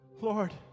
Lord